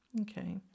Okay